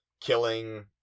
killing